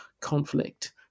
conflict